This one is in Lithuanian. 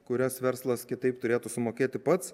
kurias verslas kitaip turėtų sumokėti pats